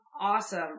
awesome